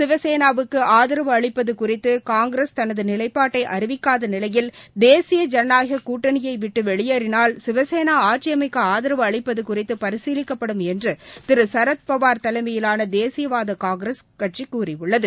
சிவசேனாவுக்கு ஆதரவு அளிப்பது குறித்து காங்கிரஸ் தனது நிலைப்பாட்டை அறிவிக்காத நிலையில் தேசிய ஜனநாயக கூட்டணியைவிட்டு வெளியேறினால் சிவசேனா ஆட்சியமைக்க ஆதரவு அளிப்பது குறித்து பரிசீலிக்கப்படும் என்று திரு சரத் பவார் தலைமையிலான தேசியவாத காங்கிரஸ் கட்சி கூறியுள்ளது